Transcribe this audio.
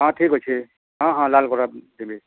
ହଁ ଠିକ୍ ଅଛି ହଁ ହଁ ଲାଲ୍ କଲର୍ ଦେବି